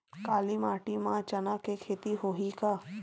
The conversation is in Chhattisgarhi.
काली माटी म चना के खेती होही का?